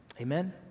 Amen